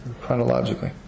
chronologically